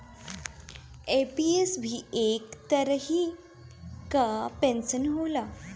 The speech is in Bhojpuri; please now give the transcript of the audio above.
एन.पी.एस भी एक तरही कअ पेंशन होला